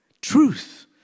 truth